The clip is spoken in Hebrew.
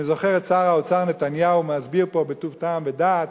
אני זוכר את שר האוצר נתניהו מסביר פה בטוב טעם ודעת